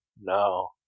No